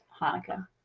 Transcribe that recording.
Hanukkah